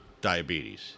diabetes